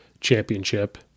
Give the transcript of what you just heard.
championship